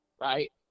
right